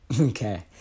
Okay